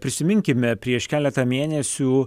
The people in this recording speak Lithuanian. prisiminkime prieš keletą mėnesių